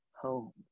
home